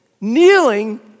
kneeling